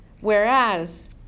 Whereas